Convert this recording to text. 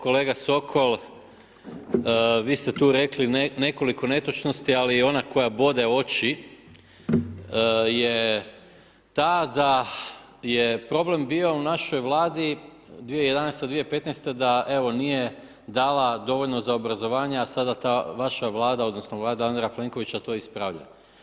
Kolega Sokol, vi ste tu rekli nekoliko netočnosti, ali ona koja bode oči je ta da je problem bio u našoj Vladi 2011.-to 2015.-ta da, evo, nije dala dovoljno za obrazovanje, a sada ta vaša Vlada odnosno Vlada Andreja Plenkovića to ispravlja.